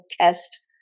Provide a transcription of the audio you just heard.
test